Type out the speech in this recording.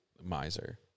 miser